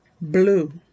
blue